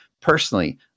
personally